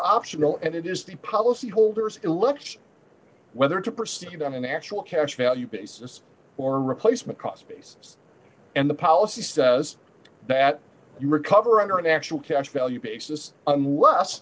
optional and it is the policy holders election whether to proceed on an actual cash value basis or replacement cost basis and the policy says that you recover under an actual cash value basis unless